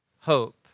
hope